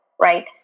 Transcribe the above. right